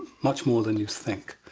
much more than you think.